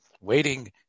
waiting